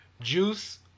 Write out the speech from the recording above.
Juice